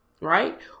right